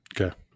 Okay